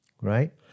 right